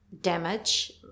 damage